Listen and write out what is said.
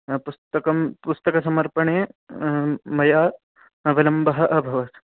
पुस्तकं पुस्तकसमर्पणे मया विलम्बः अभवत्